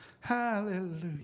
hallelujah